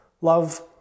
Love